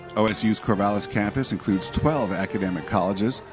osu's corvallis campus includes twelve academic colleges,